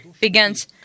begins